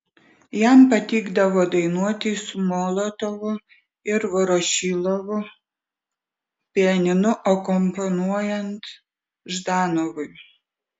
jam patikdavo dainuoti su molotovu ir vorošilovu pianinu akompanuojant ždanovui